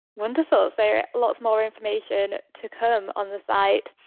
wonderful, so yeah lots more information to come on the site.